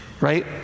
right